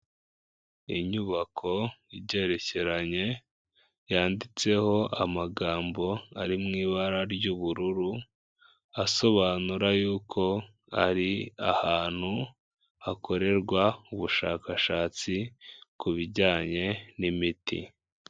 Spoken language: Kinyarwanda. Inyubako igerekeranye yanditseho amagambo ari mu ibara ry'ubururu asobanura y'uko ari ahantu hakorerwa ubushakashatsi ku bijyanye n'imiti.